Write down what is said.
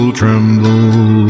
tremble